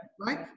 right